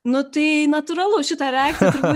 nu tai natūralu šita reakcija turbūt